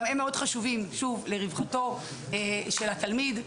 גם הם מאוד חשובים לרווחתו של התלמיד.